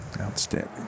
outstanding